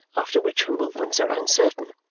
after which her movements are uncertain.